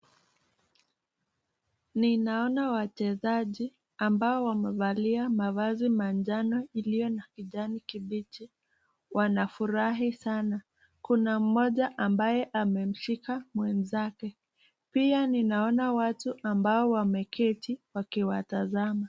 Ninaona wachezaji ambao wamevalia mavazi manjano iliyo na kijani kibichi wanafurahi sana. Kuna mmoja ambaye amemshika mwenzake pia ninaona watu ambao wameketi wakiwatazama.